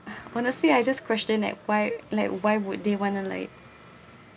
honestly I just question at why like why would they want to like